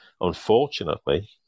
unfortunately